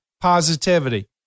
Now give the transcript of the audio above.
positivity